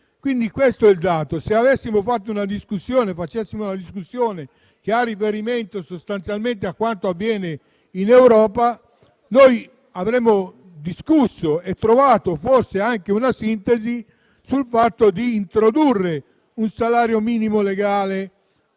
Se avessimo fatto o facessimo una discussione con riferimento sostanzialmente a quanto avviene in Europa, avremmo discusso e trovato forse anche una sintesi sul fatto di introdurre un salario minimo legale